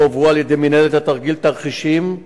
הועברו על-ידי מינהלת התרגיל תרחישים,